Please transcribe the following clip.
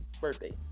Birthday